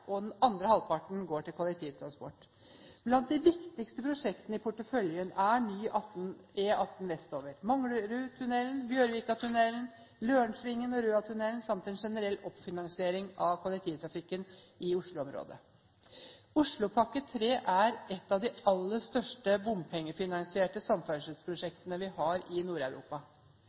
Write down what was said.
og den andre halvparten går til kollektivtransport. Blant de viktigste prosjektene i porteføljen er ny E18 vestover, Manglerudtunnelen, Bjørvikatunnelen, Lørensvingen og Røatunnelen samt en generell oppfinansiering av kollektivtrafikken i Oslo-området. Oslopakke 3 er et av de aller største bompengefinansierte samferdselsprosjektene vi har i